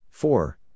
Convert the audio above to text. Four